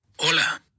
Hola